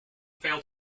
failed